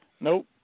Nope